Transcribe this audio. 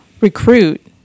recruit